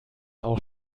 auch